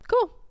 Cool